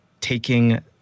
taking